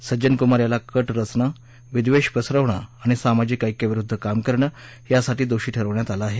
सज्जन कुमार याला कट करणं विद्वेष पसरवणं आणि सामाजिक ऐक्याविरुद्ध काम करणं यासाठी दोषी ठरवण्यात आलं आहे